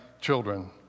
children